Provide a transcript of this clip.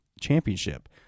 championship